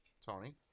Tony